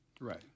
Right